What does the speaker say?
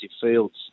fields